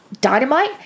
Dynamite